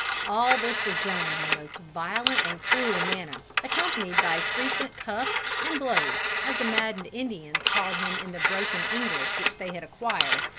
all this was done in the most violent and cruel manner, accompanied by frequent cuffs, and blows, as the maddened indians called him in the broken english which they had acquired,